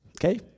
Okay